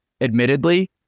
admittedly